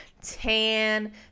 tan